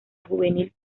juvenil